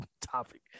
topic